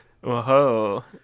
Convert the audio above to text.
Whoa